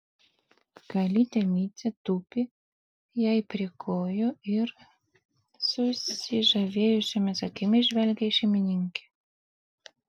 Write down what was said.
kalytė micė tupi jai prie kojų ir susižavėjusiomis akimis žvelgia į šeimininkę